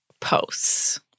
posts